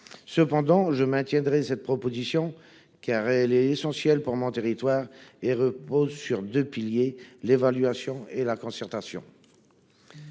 Cependant, je maintiendrai cette proposition, car elle est essentielle pour mon territoire et repose sur deux piliers : l’évaluation et la concertation.